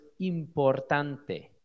importante